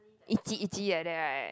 itchy itchy like that right